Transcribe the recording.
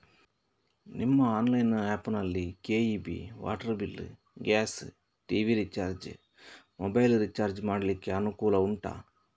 ನಿಮ್ಮ online app ನಲ್ಲಿ KEB, water bill, gas, TV recharge, mobile recharge ಮಾಡ್ಲಿಕ್ಕೆ ಅನುಕೂಲ ಉಂಟಾ